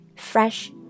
Fresh